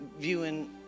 viewing